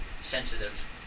sensitive